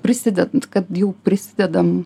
prisideda kad jau prisidedam